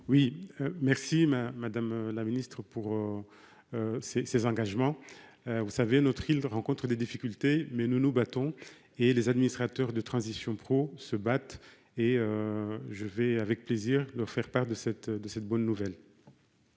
Oui merci ma Madame la Ministre pour. Ses, ses engagements. Vous savez notre ils rencontrent des difficultés, mais nous nous battons et les administrateurs de transition pro se battent et. Je vais avec plaisir le faire-part de cette de cette bonne nouvelle.